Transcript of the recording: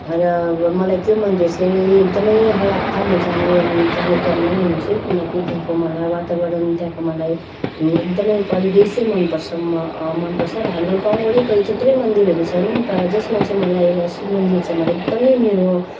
र मलाई त्यो मन्दिर चाहिँ एकदमै हर हप्ता म जाने जाने क्रममै हुन्छु किनकि त्यहाँको मलाई वातावरण त्यहाँको मलाई एकदमै परिवेशै मनपर्छ म मनपर्छ र हाम्रो गाउँ वरिपरि थुप्रै मन्दिरहरू छन् तर जसमा चाहिँ मलाई एउटा शिव मन्दिर चाहिँ मलाई एकदमै मेरो